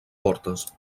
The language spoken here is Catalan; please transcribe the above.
portes